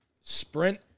sprint